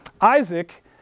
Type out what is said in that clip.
Isaac